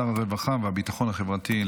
שר הרווחה והביטחון החברתי,